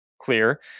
clear